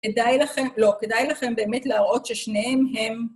כדאי לכם, לא, כדאי לכם באמת להראות ששניהם הם...